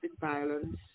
violence